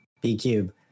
B-Cube